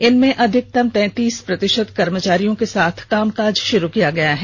इनमें अधिकतम तैंतीस प्रतिशत कर्मचारियों के साथ काम काज शुरू किया गया है